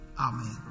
amen